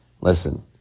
listen